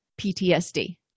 PTSD